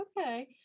okay